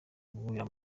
guhurira